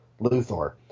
Luthor